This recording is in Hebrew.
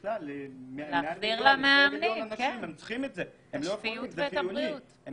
ומעל 2 מיליון אנשים צריכים את זה כי זה חיוני עבורם.